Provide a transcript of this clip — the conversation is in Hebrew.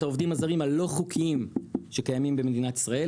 העובדים הזרים הלא חוקיים שקיימים במדינת ישראל.